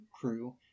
crew